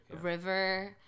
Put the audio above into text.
river